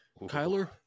Kyler